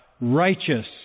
righteous